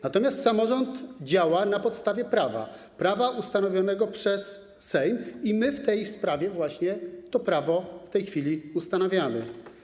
Natomiast samorząd działa na podstawie prawa, prawa ustanowionego przez Sejm, i my prawo w tej sprawie właśnie w tej chwili ustanawiamy.